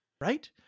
right